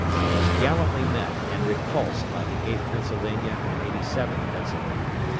but was gallantly met and repulsed by the eighth pennsylvania and eighty seventh pennsylvania.